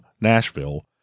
Nashville